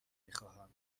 میخواهم